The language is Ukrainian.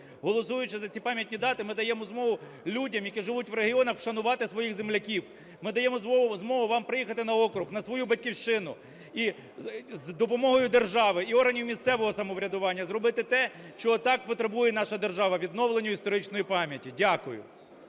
Голосуючи за ці пам'ятні дати, ми даємо змогу людям, які живуть в регіонах, вшанувати своїх земляків. Ми даємо змогу вам приїхати на округ, на свою батьківщину, і з допомогою держави і органів місцевого самоврядування, зробити те, чого так потребує наша держава – відновлення історичної пам'яті. Дякую.